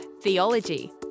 Theology